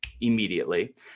immediately